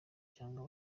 cyangwa